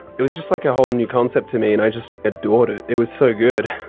it was just like, a whole new concept to me and i just adored it it was so good!